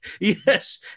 yes